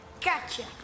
Gotcha